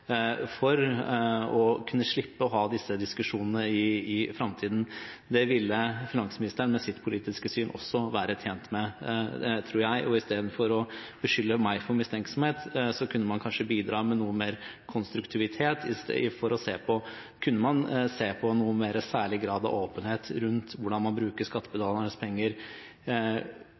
for å kunne slippe å ha disse diskusjonene i framtiden. Det ville finansministeren med sitt politiske syn også være tjent med, tror jeg. Istedenfor å beskylde meg for mistenksomhet kunne man kanskje bidra med noe mer konstruktivitet, man kunne se om det var mulig i noen særlig grad med mer åpenhet rundt hvordan man bruker skattebetalernes penger.